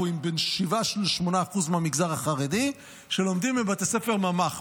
אנחנו עם 8%-7% מהמגזר החרדי שלומדים בבתי ספר ממ"ח.